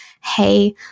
hey